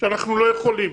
שאנחנו לא יכולים,